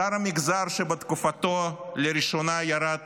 שר המגזר, בתקופתו לראשונה ירד